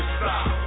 stop